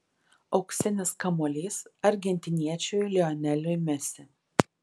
auksinis kamuolys argentiniečiui lioneliui messi